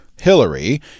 Hillary